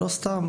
לא סתם,